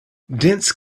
dense